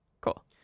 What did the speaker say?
Cool